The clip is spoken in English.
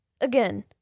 again